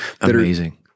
Amazing